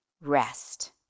rest